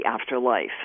afterlife